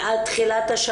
ב-200% ולא ב-100%.